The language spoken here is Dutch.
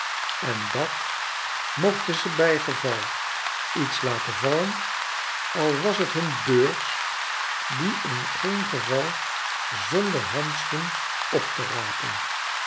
en dat mochten ze bygeval iets laten vallen al was t hun beurs die in geen geval zonder handschoen op te rapen